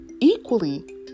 equally